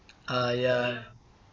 ah ya